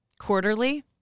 quarterly